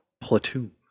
Platoon